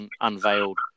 unveiled